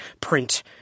print